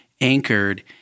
anchored